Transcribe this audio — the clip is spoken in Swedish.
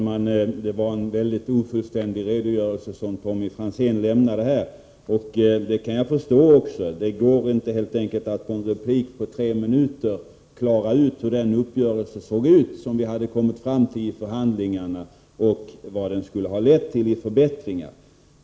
Fru talman! Det var en mycket ofullständig redogörelse som Tommy Franzén lämnade. Det kan jag förstå. Det går helt enkelt inte att i en replik på tre minuter reda ut hur den uppgörelse såg ut som vi hade kommit fram till i förhandlingarna och vilka förbättringar den skulle ha lett till.